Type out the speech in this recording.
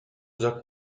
già